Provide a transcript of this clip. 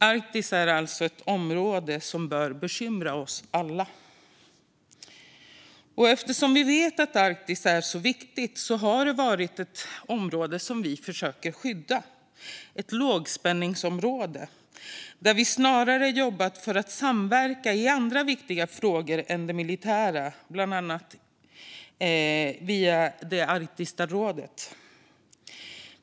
Arktis är alltså ett område som bör bekymra oss alla. Eftersom vi vet att Arktis är så viktigt har det varit ett område som vi försöker skydda, ett lågspänningsområde, där vi snarare jobbat för att samverka i andra viktiga frågor än den militära, bland annat i Arktiska rådet.